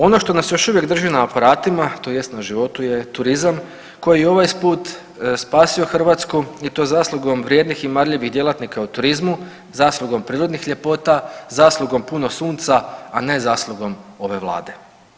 Ono što nas još uvijek drži na aparatima tj. na životu je turizam koji je i ovaj put spasio Hrvatsku i to zaslugom vrijednih i marljivih djelatnika u turizmu, zaslugom prirodnih ljepota, zaslugom puno sunca, a ne zaslugom ove Vlade.